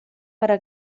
para